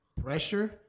pressure